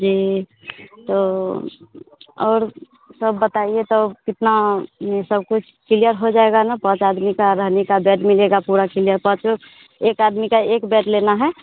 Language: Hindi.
जी तो और सब बताइए तो कितना यह सब कुछ क्लियर हो जाएगा ना पाँच आदमी का रहने का बेड मिलेगा पूरा क्लियर पाँचों एक आदमी का एक बेड लेना है